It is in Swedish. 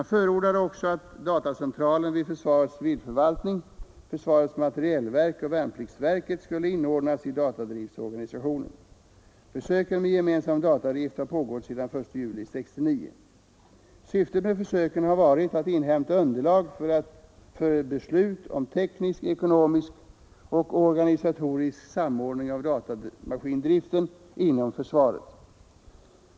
Man förordade också att datacentralerna vid försvarets civilförvaltning, försvarets materielverk och värnpliktsverket skulle inordnas i datadriftorganisationen. Försöken med gemensam datadrift har pågått sedan den 1 juli 1969. Syftet med försöken har varit att inhämta underlag för beslut om teknisk, ekonomisk och organisatorisk samordning av datamaskindriften inom försvaret.